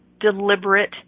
deliberate